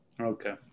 Okay